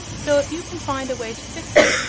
so, if you can find a way to fix it,